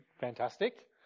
fantastic